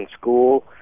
school